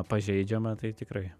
pažeidžiama tai tikrai